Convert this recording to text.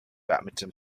badminton